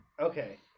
Okay